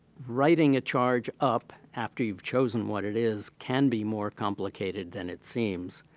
writing a charge up after you've chosen what it is can be more complicated than it seems.